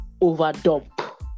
overdump